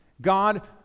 God